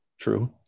true